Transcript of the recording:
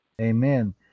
amen